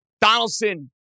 Donaldson